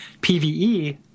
PVE